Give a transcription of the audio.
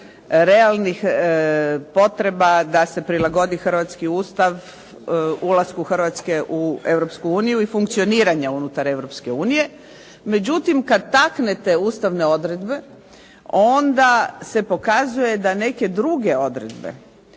realnih potreba da se prilagodi hrvatski Ustav, ulasku Hrvatske u Europsku uniju i funkcioniranja unutar Europske unije. Međutim, kada taknete ustavne odredbe, onda se pokazuje da neke druge odredbe